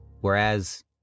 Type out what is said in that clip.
whereas